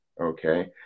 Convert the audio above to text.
okay